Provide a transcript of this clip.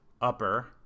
upper